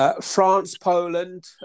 France-Poland